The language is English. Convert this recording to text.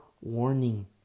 warning